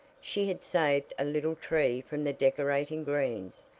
she had saved a little tree from the decorating greens,